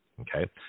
Okay